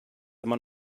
immer